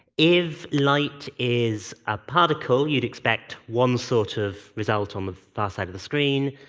if light is a particle, you'd expect one sort of result on the far side of the screen.